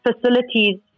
facilities